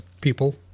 people